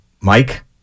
Mike